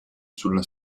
sulla